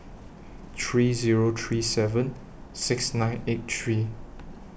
three Zero three seven six nine eight three